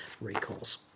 recalls